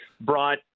brought